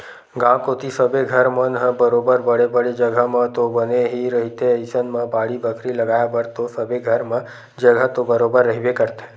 गाँव कोती सबे घर मन ह बरोबर बड़े बड़े जघा म तो बने ही रहिथे अइसन म बाड़ी बखरी लगाय बर तो सबे घर म जघा तो बरोबर रहिबे करथे